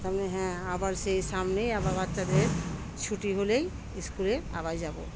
তার মানে হ্যাঁ আবার সেই সামনেই আবার বাচ্চাদের ছুটি হলেই স্কুলে আবার যাবো